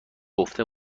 گفته